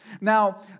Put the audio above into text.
Now